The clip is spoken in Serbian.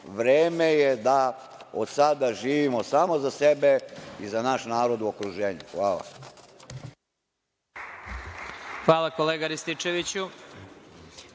vreme je da od sada živimo samo za sebe i za naš narod u okruženju. Hvala. **Vladimir Marinković**